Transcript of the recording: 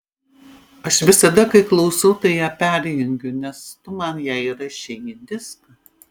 aš visada kai klausau tai ją perjungiu nes tu man ją įrašei į diską